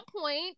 point